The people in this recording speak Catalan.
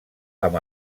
amb